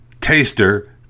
Taster